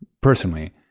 personally